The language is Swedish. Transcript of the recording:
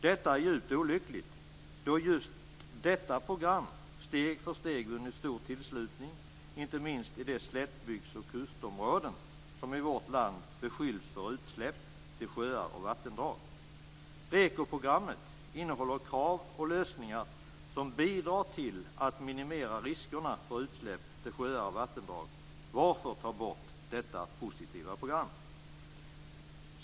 Detta är djupt olyckligt då just detta program steg för steg har vunnit stor anslutning, inte minst i de slättbygds och kustområden som i vårt land beskylls för utsläpp till sjöar och vattendrag. REKO programmet innehåller krav på lösningar som bidrar till att minimera riskerna för utsläpp till sjöar och vattendrag. Varför ta bort detta positiva program?